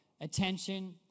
attention